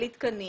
בלי תקנים,